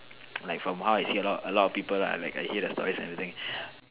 like from how I see a lot a lot of people lah like I hear the stories and everything